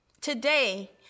Today